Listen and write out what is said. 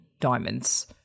diamonds